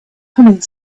humming